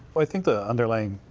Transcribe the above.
i think the underlying,